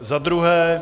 Za druhé.